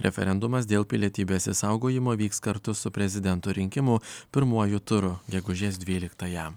referendumas dėl pilietybės išsaugojimo vyks kartu su prezidento rinkimų pirmuoju turu gegužės dvyliktąją